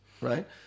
right